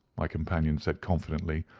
my companion said, confidently,